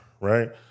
Right